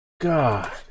God